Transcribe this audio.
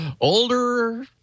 Older